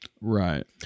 Right